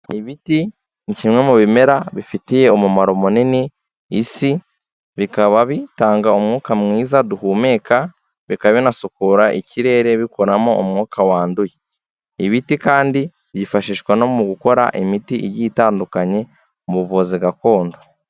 Ibiti ni kimwe mu bimera bifitiye umumaro munini isi, bikaba bitanga umwuka mwiza duhumeka bikaba binasukura ikirere bikoramo umwuka wanduye. Ibiti kandi byifashishwa no mu gukora imiti igiye itandukanye mu buvuzi gakondo.